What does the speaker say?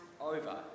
over